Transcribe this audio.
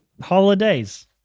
holidays